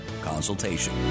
consultation